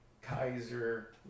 Kaiser